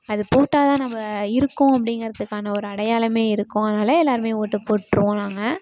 அது போட்டால் தான் நம்ம இருக்கோம் அப்படிங்கறதுக்கான ஒரு அடையாளமே இருக்கும் அதனால் எல்லாேருமே ஓட்டு போட்டிருவோம் நாங்கள்